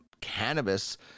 cannabis